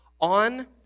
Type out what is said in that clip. On